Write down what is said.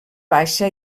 baixa